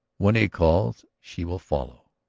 when he calls she will follow!